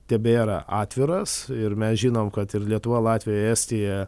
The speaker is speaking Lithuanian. tebėra atviras ir mes žinom kad ir lietuva latvija estija